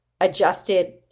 adjusted